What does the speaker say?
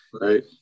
Right